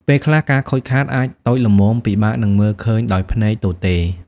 ពេលខ្លះ ការខូចខាតអាចតូចល្មមពិបាកនឹងមើលឃើញដោយភ្នែកទទេ។